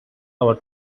our